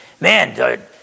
man